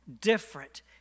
different